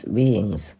beings